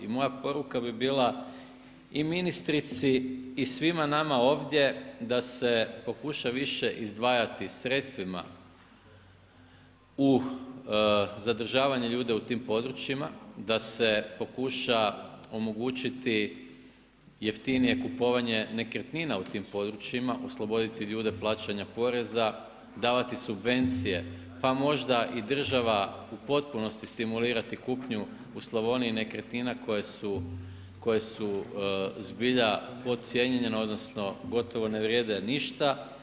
I moja poruka bi bila i ministrici i svima nama ovdje, da se pokuša više izdvajati sredstvima u zadržavanje ljudi na tim područjima, da se pokuša omogućiti jeftinije kupovanje nekretnina u tim područjima, osloboditi ljude plaćanja poreza, davati subvencije, pa možda i država u potpunosti stimulirati kupnju u Slavoniji nekretnina koje su zbilja podcijenjene odnosno, gotovo ne vrijede ništa.